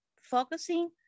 focusing